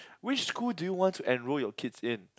which school do you want to enroll your kids in